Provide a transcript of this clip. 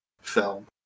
film